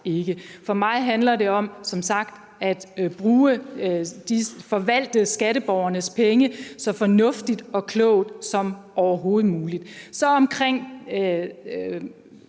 For mig handler det som sagt om at forvalte skatteborgernes penge så fornuftigt og klogt som overhovedet muligt. Så til